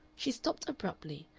she stopped abruptly,